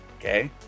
Okay